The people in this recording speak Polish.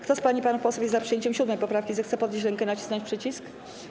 Kto z pań i panów posłów jest za przyjęciem 7. poprawki, zechce podnieść rękę i nacisnąć przycisk.